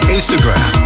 Instagram